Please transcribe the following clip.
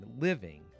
living